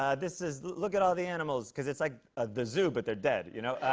um this is look at all the animals. because it's like ah the zoo, but they're dead, you know.